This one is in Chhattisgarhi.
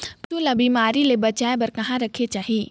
पशु ला बिमारी ले बचाय बार कहा रखे चाही?